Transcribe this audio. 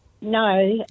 No